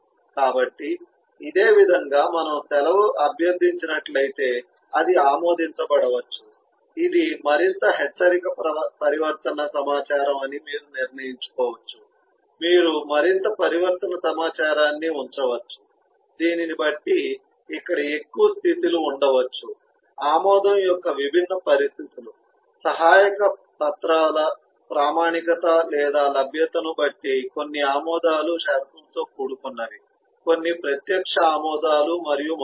కాబట్టి ఇదే విధంగా మనము సెలవు అభ్యర్థించినట్లయితే అది ఆమోదించబడవచ్చు ఇది మరింత హెచ్చరిక పరివర్తన సమాచారం అని మీరు నిర్ణయించుకోవచ్చు మీరు మరింత పరివర్తన సమాచారాన్ని ఉంచవచ్చు దీనిని బట్టి ఇక్కడ ఎక్కువ స్థితి లు ఉండవచ్చు ఆమోదం యొక్క విభిన్న పరిస్థితులు సహాయక పత్రాల ప్రామాణికత లేదా లభ్యతను బట్టి కొన్ని ఆమోదాలు షరతులతో కూడుకున్నవి కొన్ని ప్రత్యక్ష ఆమోదాలు మరియు మొదలైనవి